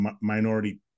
minority